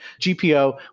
GPO